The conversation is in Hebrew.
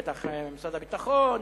בטח משרד הביטחון,